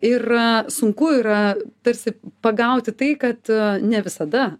ir sunku yra tarsi pagauti tai kad ne visada